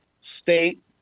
state